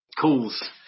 calls